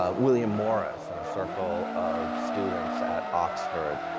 um william morris in a circle of students at oxford,